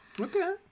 Okay